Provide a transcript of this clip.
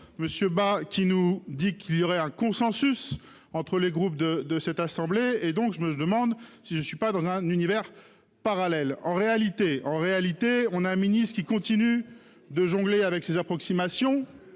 Monsieur bas qui nous dit qu'il y aurait un consensus entre les groupes de de cette assemblée et donc je me demande si je ne suis pas dans un univers parallèle. En réalité, en réalité, on a un ministre qui continue de jongler avec ses approximations